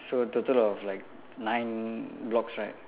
so total of like nine blocks right